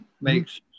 makes